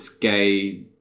gay